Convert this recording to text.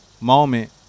moment